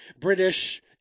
British